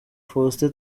faustin